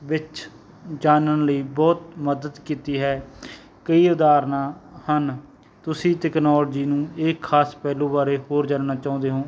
ਵਿੱਚ ਜਾਣਨ ਲਈ ਬਹੁਤ ਮਦਦ ਕੀਤੀ ਹੈ ਕਈ ਉਦਾਹਰਨਾਂ ਹਨ ਤੁਸੀਂ ਟੈਕਨੋਲਜੀ ਨੂੰ ਇਹ ਖਾਸ ਪਹਿਲੂ ਬਾਰੇ ਹੋਰ ਜਾਣਨਾ ਚਾਹੁੰਦੇ ਹੋ